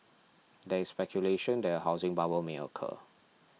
there is speculation that a housing bubble may occur